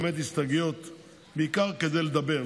אושרו באמת הסתייגויות בעיקר כדי לדבר,